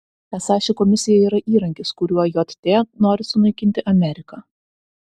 esą ši komisija yra įrankis kuriuo jt nori sunaikinti ameriką